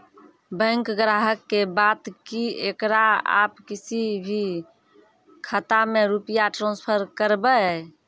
Bank ग्राहक के बात की येकरा आप किसी भी खाता मे रुपिया ट्रांसफर करबऽ?